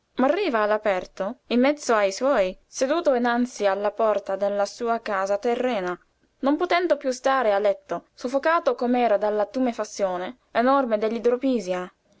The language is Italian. moriva all'aperto in mezzo ai suoi seduto innanzi alla porta della sua casa terrena non potendo piú stare a letto soffocato com'era dalla tumefazione enorme